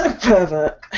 Pervert